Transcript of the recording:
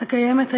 הקיימות היום.